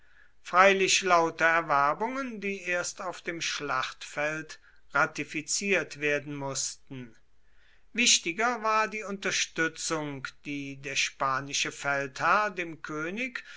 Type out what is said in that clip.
freilich lauter erwerbungen die erst auf dem schlachtfeld ratifiziert werden mußten wichtiger war die unterstützung die der spanische feldherr dem könig